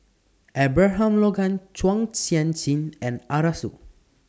Abraham Logan Chua Sian Chin and Arasu